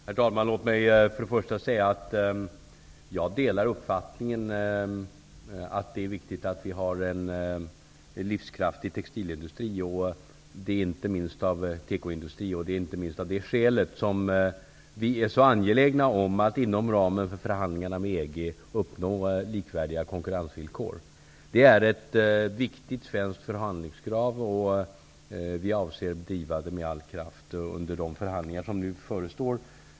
Herr talman! Låt mig inledningsvis säga att jag delar uppfattningen att det är viktigt att vi har en livskraftig tekoindustri. Det är inte minst av det skälet som vi är så angelägna om att inom ramen för förhandlingarna med EG uppnå likvärdiga konkurrensvillkor. Det är ett viktigt svenskt förhandlingskrav, och vi avser att driva det med all kraft under de förhandlingar som nu förestår.